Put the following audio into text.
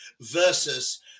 versus